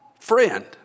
Friend